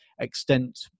extent